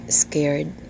scared